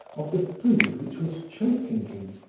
of the food which was choking him.